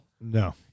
No